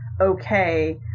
okay